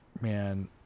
man